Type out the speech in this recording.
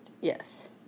Yes